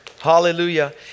Hallelujah